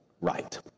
right